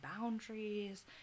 boundaries